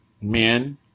men